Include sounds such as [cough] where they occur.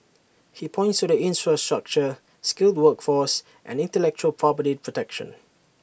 he points to the [unintelligible] skilled workforce and intellectual property protection